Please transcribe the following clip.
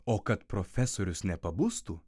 o kad profesorius nepabustų